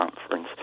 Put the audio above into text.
Conference